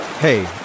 Hey